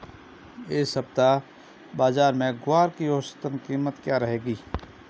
इस सप्ताह बाज़ार में ग्वार की औसतन कीमत क्या रहेगी?